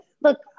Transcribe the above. look